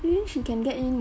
then she can get in